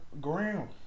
ground